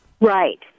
Right